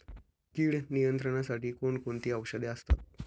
कीड नियंत्रणासाठी कोण कोणती औषधे असतात?